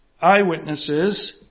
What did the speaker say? eyewitnesses